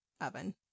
oven